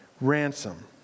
Ransom